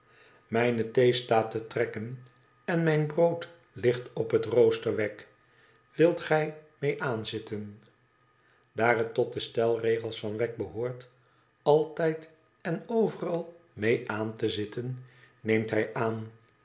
mijne thee staat te trekken en mijn brood ligt op den rooster wegg wilt gij mee aanzitten daar het tot de stelregels van weg behoort altijd en overal mee aan te zitten neemt hij aan